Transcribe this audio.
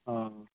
অঁ